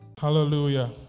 Hallelujah